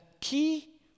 key